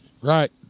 Right